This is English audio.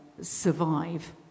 survive